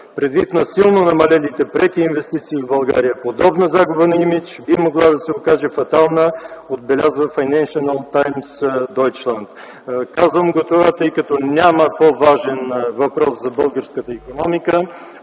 Предвид на силно намалелите преки инвестиции в България, подобна загуба на имидж би могла да се окаже фатална, отбелязва „Файненшъл таймс Дойчланд”. Казвам това, тъй като няма по-важен въпрос за българската икономика